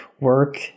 work